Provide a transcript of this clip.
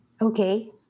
Okay